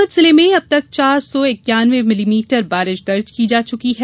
नीमच जिले में अब तक चार सौ इन्क्यानवे मिलीमीटर बारिश दर्ज की जा चुकी है